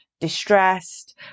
distressed